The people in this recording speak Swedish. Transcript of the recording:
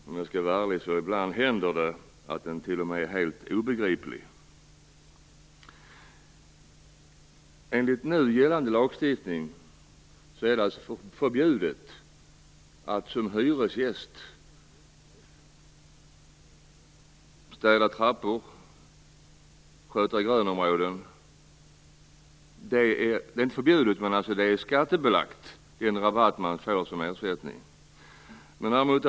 Om jag skall vara ärlig får jag säga att det ibland händer att den t.o.m. är helt obegriplig. Enligt nu gällande lagstiftning är det inte förbjudet att som hyresgäst städa trappor och sköta grönområden, men den rabatt man får som ersättning är skattebelagd.